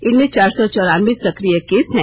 इनमें चार सौ चौरानबे सक्रिय केस हैं